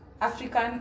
African